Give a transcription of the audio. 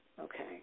okay